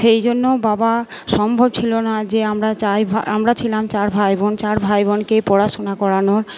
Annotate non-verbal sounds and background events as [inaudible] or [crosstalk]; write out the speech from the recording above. সেই জন্য বাবা সম্ভব ছিল না যে আমরা [unintelligible] ভাই আমরা ছিলাম চার ভাই বোন চার ভাই বোনকেই পড়াশুনা করানোর